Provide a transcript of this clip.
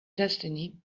destiny